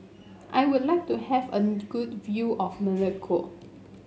I would like to have a good view of Melekeok